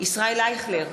ישראל אייכלר,